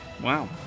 Wow